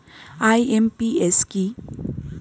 IMPS কি?